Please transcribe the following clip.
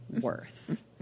worth